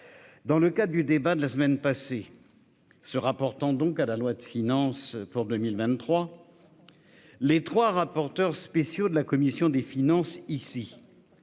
Dans le cas du débat de la semaine passée. Se rapportant donc à la loi de finances pour 2023. Les 3 rapporteurs spéciaux de la commission des finances, ici.